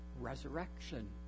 resurrection